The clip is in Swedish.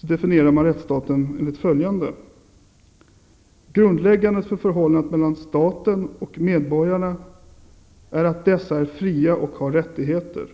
definieras rättsstaten enligt följande. - Grundläggande för förhållandet mellan staten och medborgarna är att dessa är fria och har rättigheter.